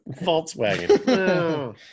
volkswagen